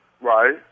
right